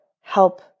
help